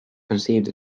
conceived